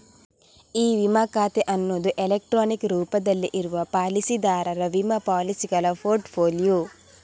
E ವಿಮಾ ಖಾತೆ ಅನ್ನುದು ಎಲೆಕ್ಟ್ರಾನಿಕ್ ರೂಪದಲ್ಲಿ ಇರುವ ಪಾಲಿಸಿದಾರರ ವಿಮಾ ಪಾಲಿಸಿಗಳ ಪೋರ್ಟ್ ಫೋಲಿಯೊ